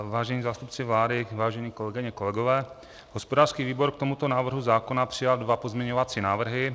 Vážení zástupci vlády, vážené kolegyně, kolegové, hospodářský výbor k tomuto návrhu zákona přijal dva pozměňovací návrhy.